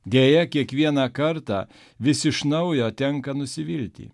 deja kiekvieną kartą vis iš naujo tenka nusivilti